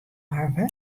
hawwe